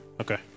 Okay